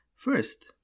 First